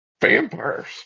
vampires